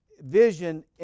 vision